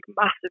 massive